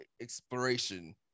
exploration